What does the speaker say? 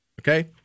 okay